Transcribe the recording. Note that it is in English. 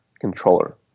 controller